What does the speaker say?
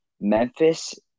Memphis